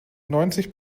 neunzig